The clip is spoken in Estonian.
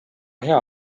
hea